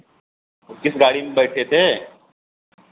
किस गाड़ी में बैठे थे